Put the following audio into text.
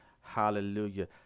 hallelujah